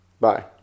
Bye